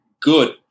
good